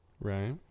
Right